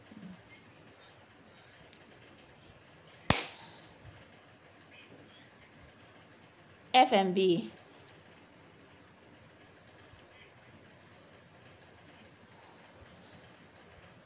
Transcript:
okay F&B